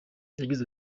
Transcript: yagize